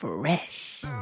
fresh